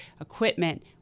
equipment